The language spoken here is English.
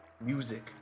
music